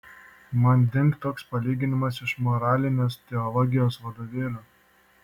man dingt toks palyginimas iš moralinės teologijos vadovėlių